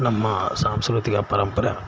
ನಮ್ಮ ಸಾಂಸ್ಕೃತಿಕ ಪರಂಪರೆ